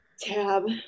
Tab